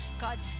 God's